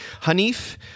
Hanif